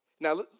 Now